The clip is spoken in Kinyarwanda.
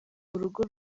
urugo